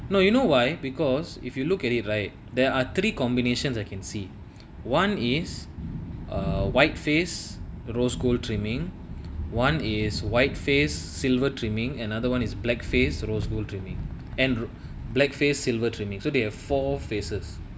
no you know why because if you look at it right there are three combinations I can see one is err white face rose gold trimming one is white face silver trimming and other one is black face rose gold trimming and black face silver trimmings so they have four faces